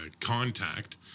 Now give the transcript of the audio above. contact